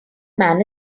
man